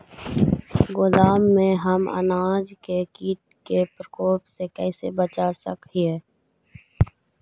गोदाम में हम अनाज के किट के प्रकोप से कैसे बचा सक हिय?